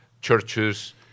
churches